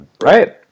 right